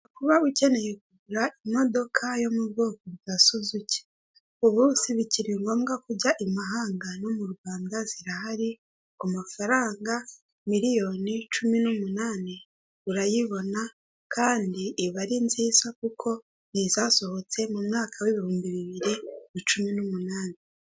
Kuba ukeneye kugura imodoka yo mu bwoko bwa suzuki, ubu si bikiri ngombwa ko ujya i mahanga no mu Rwanda zirahari, ku mafaranga miliyoni cumi n'umunani urayibona, kandi iba ari nziza kuko ni izasohotse mu mwaka w'ibihumbi bibiri na cumi n'umunani.